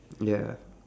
ya